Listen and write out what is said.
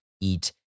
eat